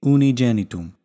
Unigenitum